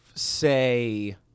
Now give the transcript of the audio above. Say